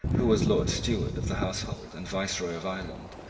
who was lord steward of the household and viceroy of ireland,